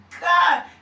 God